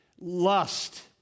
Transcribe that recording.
lust